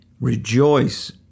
Rejoice